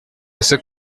ese